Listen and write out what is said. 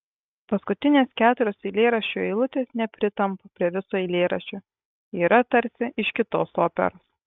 paskutinės keturios eilėraščio eilutės nepritampa prie viso eilėraščio yra tarsi iš kitos operos